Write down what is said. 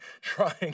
trying